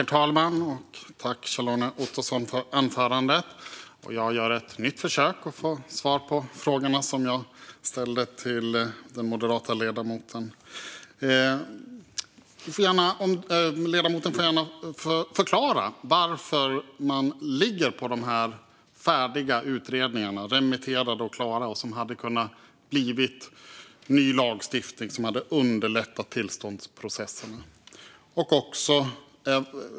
Herr talman! Tack, Kjell-Arne Ottosson, för anförandet! Jag gör ett nytt försök att få svar på de frågor som jag ställde till den moderata ledamoten. Ledamoten Ottosson får gärna förklara varför man håller på de färdiga utredningarna, som är remitterade och klara och som hade kunnat bli ny lagstiftning som hade underlättat tillståndsprocesserna.